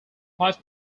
five